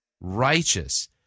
righteous